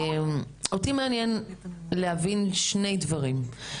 אותי מעניין להבין שני דברים.